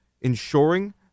ensuring